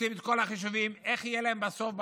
עושים את כל החישובים איך יהיה להם בסוף,